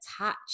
attach